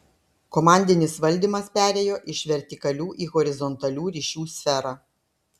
komandinis valdymas perėjo iš vertikalių į horizontalių ryšių sferą